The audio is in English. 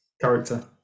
character